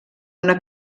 una